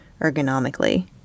ergonomically